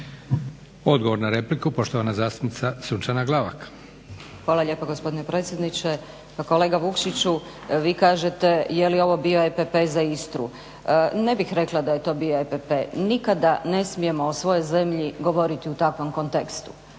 Odgovor na repliku, poštovana zastupnica Sunčana Glavak. **Glavak, Sunčana (HDZ)** Hvala lijepa gospodine predsjedniče. Pa kolega Vukšiću vi kažete je li ovo bio EPP za Istru? Ne bih rekla da je to bio EPP. Nikada ne smijemo o svojoj zemlji govoriti u takvom kontekstu.